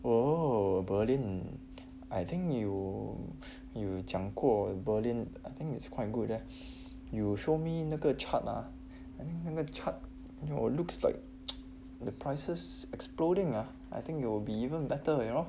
oh berlin I think 你有你有讲过 berlin I think it's quite good leh you show me 那个 chart ah I think 那个 chart looks like the prices exploding ah I think it'll be even better you know